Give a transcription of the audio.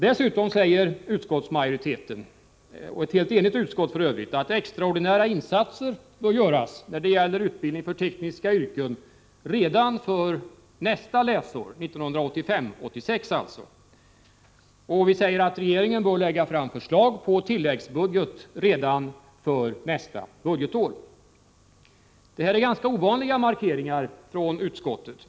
Dessutom säger ett enigt utskott att extraordinära insatser bör göras när det gäller utbildningen för tekniska yrken redan för läsåret 1985/86. Regeringen bör lägga fram förslag på tilläggsbudget redan för nästa budgetår. Detta är ganska ovanliga markeringar från utskottet.